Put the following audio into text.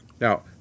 Now